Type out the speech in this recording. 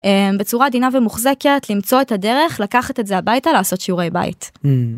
בצורה עדינה ומוחזקת, למצוא את הדרך לקחת את זה הביתה לעשות שיעורי בית.